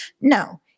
No